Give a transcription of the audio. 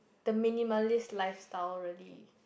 the minimalist lifestyle really